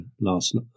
last